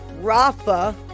Rafa